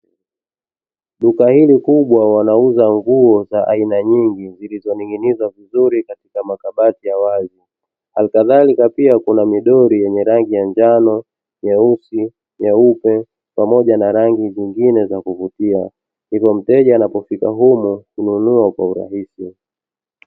Duka hili kubwa wanauza nguo za aina za aina nyingi zilizoning'inizwa vizuri katika makabati ya wazi, halkadhalika pia kuna midoli yenye rangi ya njano, nyeusi, nyeupe pamoja na rangi zingine za kuvutia hivyo mteja anapofika humu hununua kwa urahisi.